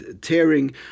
tearing